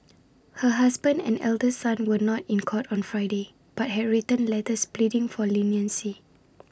her husband and elder son were not in court on Friday but had written letters pleading for leniency